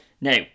Now